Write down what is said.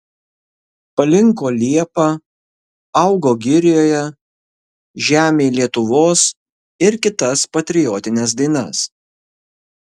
palinko liepa augo girioje žemėj lietuvos ir kitas patriotines dainas